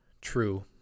True